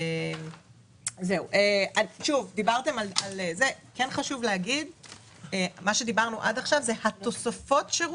מה שדיברנו עליו עד עכשיו זה תוספות השירות,